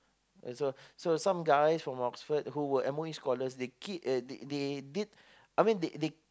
so some guys from Oxford who were M_O_E scholars they get uh they they did I mean they they